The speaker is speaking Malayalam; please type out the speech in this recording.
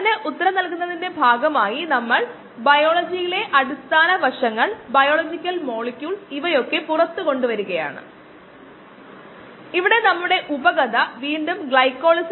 ഇൻഹിബിഷൻ തരവും ഇൻഹിബിഷൻ സ്ഥിരാങ്കവും k I